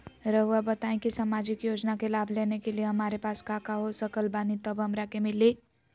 रहुआ बताएं कि सामाजिक योजना के लाभ लेने के लिए हमारे पास काका हो सकल बानी तब हमरा के मिली?